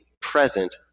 present